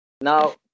Now